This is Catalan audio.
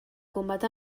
combat